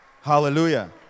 Hallelujah